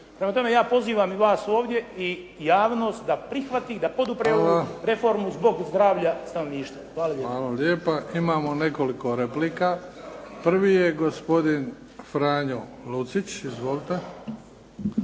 Prema tome, ja pozivam i vas ovdje i javnost da prihvati i da podupre ovu reformu zbog zdravlja stanovništva. Hvala lijepo. **Bebić, Luka (HDZ)** Hvala vam lijepa. Imamo nekoliko replika. Prvi je gospodin Franjo Lucić. Izvolite.